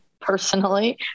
personally